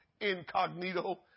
incognito